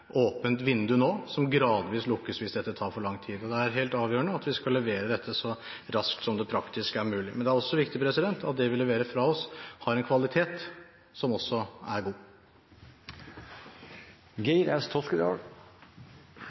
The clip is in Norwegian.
åpent vindu nå som gradvis lukkes, hvis dette tar for lang tid. Det er helt avgjørende at vi skal levere dette så raskt som praktisk mulig. Men det er også viktig at det vi leverer fra oss, har en kvalitet som er